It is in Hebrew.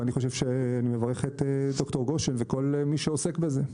ואני מברך את ד"ר גושן וכל מי שעוסק בזה,